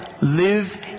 live